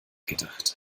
gedacht